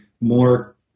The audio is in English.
more